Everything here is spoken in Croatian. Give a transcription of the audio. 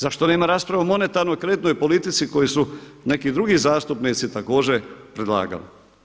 Zašto nema rasprava o monetarnoj, kreditnoj politici koju su neki drugi zastupnici također predlagali.